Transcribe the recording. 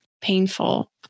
painful